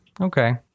okay